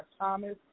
Thomas